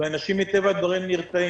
ואנשים מטבע הדברים נרתעים.